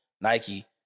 Nike